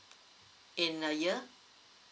in a year